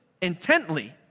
intently